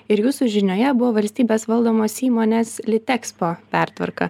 ir jūsų žinioje buvo valstybės valdomos įmonės litekspo pertvarka